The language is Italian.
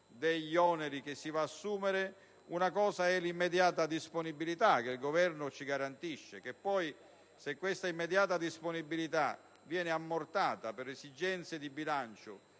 degli oneri che si va ad assumere, altra l'immediata disponibilità che il Governo garantisce. Se poi questa disponibilità viene ammortata, per esigenze di bilancio,